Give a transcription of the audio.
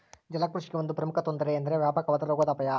ಜಲಕೃಷಿಗೆ ಒಂದು ಪ್ರಮುಖ ತೊಂದರೆ ಎಂದರೆ ವ್ಯಾಪಕವಾದ ರೋಗದ ಅಪಾಯ